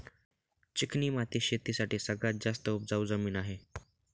चिकणी माती शेती साठी सगळ्यात जास्त उपजाऊ जमीन आहे